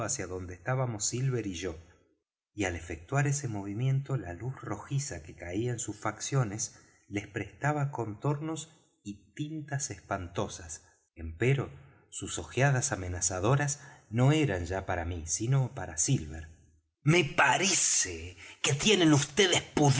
hacia donde estábamos silver y yo y al efectuar ese movimiento la luz rojiza que caía en sus facciones les prestaba contornos y tintas espantables empero sus ojeadas amenazadoras no eran ya para mí sino para silver me parece que tienen